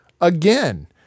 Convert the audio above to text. again